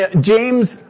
James